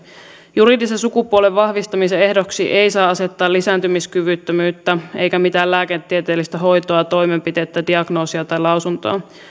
juridisen sukupuolen vahvistamisen ehdoksi ei saa asettaa lisääntymiskyvyttömyyttä eikä mitään lääketieteellistä hoitoa toimenpidettä diagnoosia tai lausuntoa